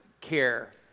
care